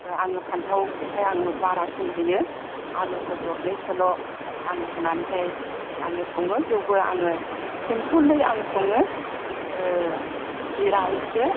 आं बारासिन होयो आलुखौ दरनैसोल' आङो होनानैहाय आङो सङो बेवबो आङो सिमफोल आं सङो जिरा एसे